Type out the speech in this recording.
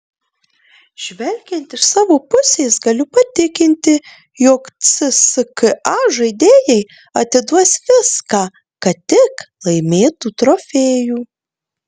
žvelgiant iš savo pusės galiu patikinti jog cska žaidėjai atiduos viską kad tik laimėtų trofėjų